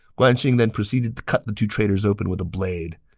guan xing then proceeded to cut the two traitors open with a blade.